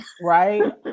right